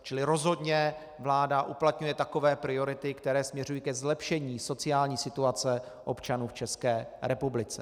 Čili rozhodně vláda uplatňuje takové priority, které směřují ke zlepšení sociální situace občanů v České republice.